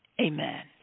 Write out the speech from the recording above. amen